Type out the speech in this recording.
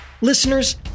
Listeners